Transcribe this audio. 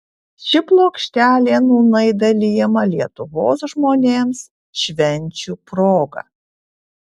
ši plokštelė nūnai dalijama lietuvos žmonėms švenčių proga